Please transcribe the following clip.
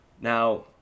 Now